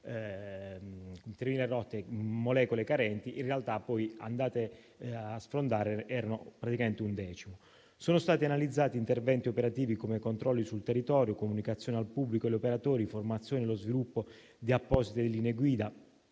di 3.000 molecole carenti. In realtà, poi, andando a sfrondare, erano praticamente un decimo. Sono stati analizzati interventi operativi, come controlli sul territorio, comunicazione al pubblico e agli operatori, formazione e sviluppo di apposite linee guida,